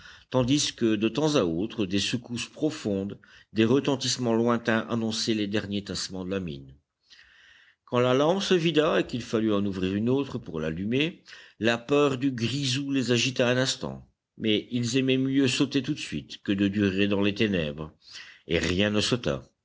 tandis que de temps à autre des secousses profondes des retentissements lointains annonçaient les derniers tassements de la mine quand la lampe se vida et qu'il fallut en ouvrir une autre pour l'allumer la peur du grisou les agita un instant mais ils aimaient mieux sauter tout de suite que de durer dans les ténèbres et rien ne sauta